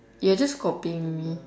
you are just copying me